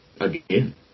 Again